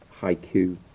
haiku